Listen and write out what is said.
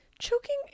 choking